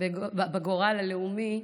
בגורל הלאומי,